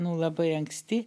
nu labai anksti